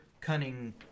Cunning